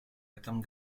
этом